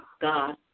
God